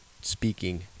speaking